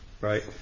right